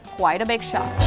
quite a big shock.